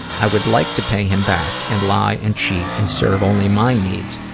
i would like to pay him back and lie and cheat and server only my needs.